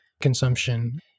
consumption